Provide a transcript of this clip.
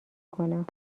کنم